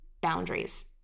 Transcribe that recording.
boundaries